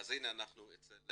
הנה אנחנו אצל